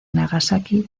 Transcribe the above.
nagasaki